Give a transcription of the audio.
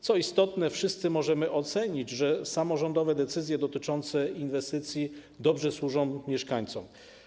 Co istotne, wszyscy możemy zobaczyć, że samorządowe decyzje dotyczące inwestycji dobrze służą mieszkańcom.